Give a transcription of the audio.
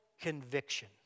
conviction